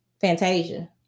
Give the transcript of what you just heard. Fantasia